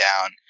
down